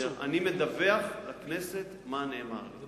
בסדר, אני מדווח לכנסת מה נאמר לי.